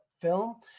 film